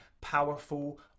powerful